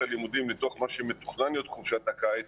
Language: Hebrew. הלימודים מתוך מה שמתוכנן להיות חופשת הקיץ,